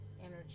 energy